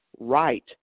right